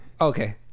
Okay